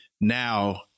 now